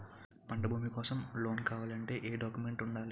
పంట భూమి కోసం లోన్ కావాలి అంటే ఏంటి డాక్యుమెంట్స్ ఉండాలి?